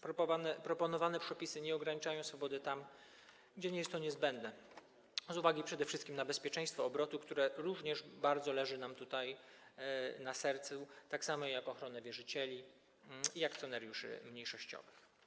Proponowane przepisy nie ograniczają swobody tam, gdzie nie jest to niezbędne z uwagi przede wszystkim na bezpieczeństwo obrotu, które również bardzo leży nam na sercu, tak samo jak ochrona wierzycieli i akcjonariuszy mniejszościowych.